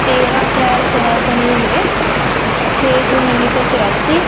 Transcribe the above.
ਤੇਰਾਂ ਅਪ੍ਰੈਲ ਸੋਲਾਂ ਸੌ ਨੜਿਨਵੇਂ ਛੇ ਜੂਨ ਉੱਨੀ ਸੌ ਚੁਰਾਸੀ